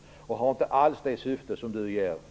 Förslaget har inte alls det syfte som Fredrik Reinfeldt ger det.